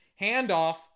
handoff